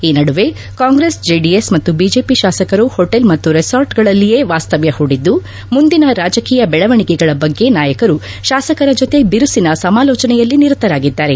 ಈ ನಡುವೆ ಕಾಂಗ್ರೆಸ್ ಜೆಡಿಎಸ್ ಮತ್ತು ಬಿಜೆಪಿ ಶಾಸಕರು ಹೊಟೇಲ್ ಮತ್ತು ರೆಸಾರ್ಟ್ಗಳಲ್ಲಿಯೇ ವಾಸ್ತವ್ಯ ಹೂಡಿದ್ದು ಮುಂದಿನ ರಾಜಕೀಯ ಬೆಳವಣಿಗೆಗಳ ಬಗ್ಗೆ ನಾಯಕರು ಶಾಸಕರ ಜೊತೆ ಬಿರುಸಿನ ಸಮಾಲೋಚನೆಯಲ್ಲಿ ನಿರತರಾಗಿದ್ದಾರೆ